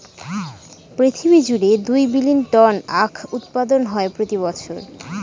পৃথিবী জুড়ে দুই বিলীন টন আখ উৎপাদন হয় প্রতি বছর